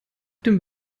dem